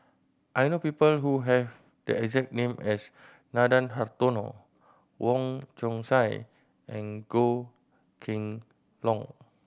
I know people who have the exact name as Nathan Hartono Wong Chong Sai and Goh Kheng Long